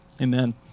amen